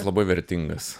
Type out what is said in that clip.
labai vertingas